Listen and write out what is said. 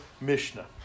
Mishnah